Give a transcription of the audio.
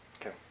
Okay